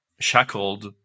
shackled